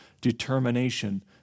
determination